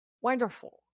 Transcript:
Wonderful